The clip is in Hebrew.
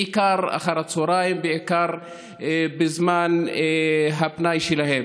בעיקר אחר הצוהריים, בעיקר בזמן הפנוי שלהם.